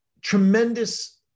tremendous